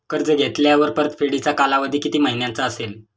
कर्ज घेतल्यावर परतफेडीचा कालावधी किती महिन्यांचा असेल?